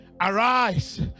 Arise